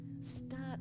Start